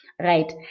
Right